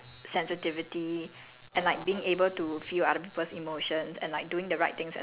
no it's not I don't I don't mean sense like common sense I mean like sensitivity